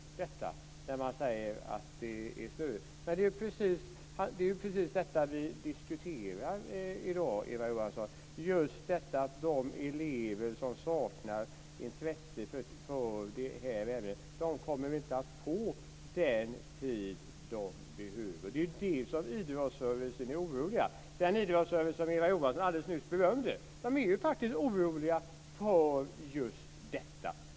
Det är precis detta vi diskuterar i dag, Eva Johansson, att de elever som saknar intresse för det här ämnet inte kommer att få den tid de behöver. Det är det idrottsrörelsen är orolig för, den idrottsrörelse som Eva Johansson alldeles nyss berömde. De är faktiskt oroliga för just detta.